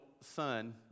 son